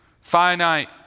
finite